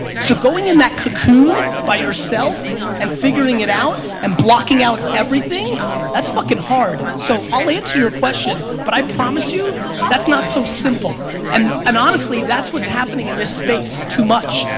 so going in that cocoon by yourself and figuring it out and blocking out everything that's fuckin' hard so i'll answer your question but i promise you that's not so simple and and honestly that's what's happening in this space too much.